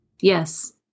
Yes